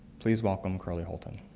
please welcome curlee holton.